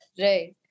right